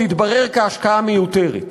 תתברר כהשקעה מיותרת,